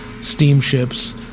steamships